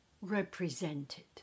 represented